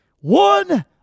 One